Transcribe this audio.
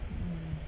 mm